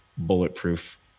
bulletproof